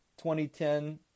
2010